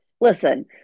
Listen